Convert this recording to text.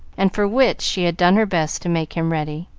and for which she had done her best to make him ready.